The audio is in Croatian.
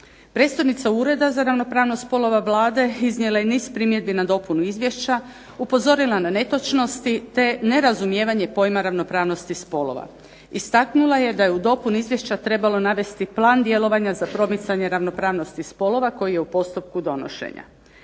Predsjednica Ureda za ravnopravnost spolova Vlade iznijela je niz primjedbi na dopunu Izvješća, upozorila na netočnosti te na nerazumijevanje pojma ravnopravnosti spolova. Istaknula je da je u dopuni Izvješća trebalo navesti plan djelovanja za promicanje ravnopravnosti spolova koji je u postupku donošenja.